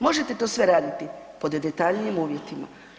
Možete to sve raditi, pod detaljnijim uvjetima.